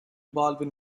baldwin